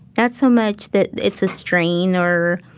not so much that it's a strain or